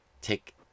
Take